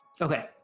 Okay